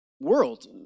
world